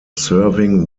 serving